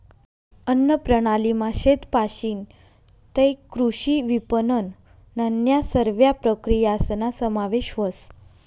अन्नप्रणालीमा शेतपाशीन तै कृषी विपनननन्या सरव्या प्रक्रियासना समावेश व्हस